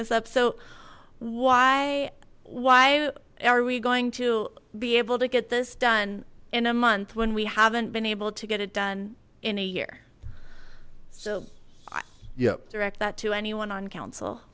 this up so why why are we going to be able to get this done in a month when we haven't been able to get it done in a year so yep direct that to anyone on council